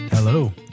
Hello